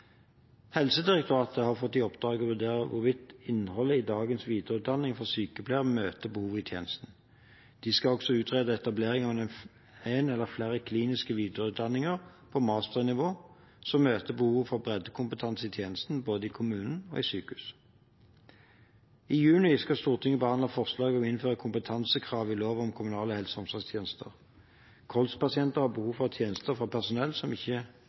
Helsedirektoratet har fått i oppdrag å vurdere hvorvidt innholdet i dagens videreutdanning for sykepleiere møter behovet i tjenesten. De skal også utrede etablering av én eller flere kliniske videreutdanninger på masternivå som møter behovet for breddekompetanse i tjenesten, både i kommunen og i sykehus. I juni skal Stortinget behandle forslag om å innføre kompetansekrav i lov om kommunale helse- og omsorgstjenester. Kols-pasienter har behov for tjenester fra personell som ikke